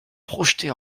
projetés